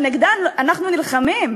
שנגדן אנחנו נלחמים,